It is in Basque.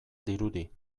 dirudi